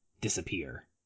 disappear